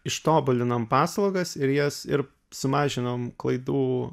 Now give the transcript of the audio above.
ištobulinom paslaugas ir jas ir sumažinom klaidų